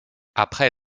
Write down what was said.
après